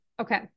Okay